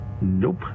nope